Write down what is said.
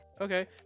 Okay